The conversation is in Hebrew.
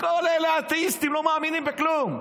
כל אלה אתאיסטים, לא מאמינים בכלום.